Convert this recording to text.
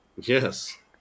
Yes